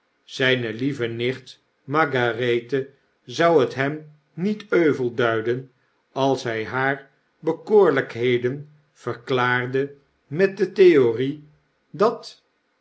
zpe lieve nicht margarethe zou het hem niet euvel duiden als hjj h a r e bekoorlpheden verklaarde met de theorie dat